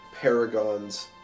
paragons